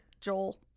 Joel